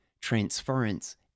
transference